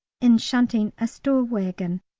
in shunting a store waggon,